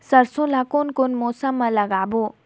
सरसो ला कोन मौसम मा लागबो?